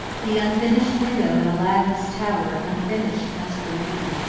the unfinished window in aladdin's tower unfinished must remain.